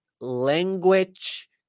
language